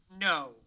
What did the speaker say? No